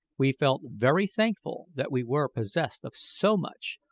we felt very thankful that we were possessed of so much,